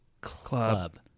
Club